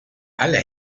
alle